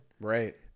Right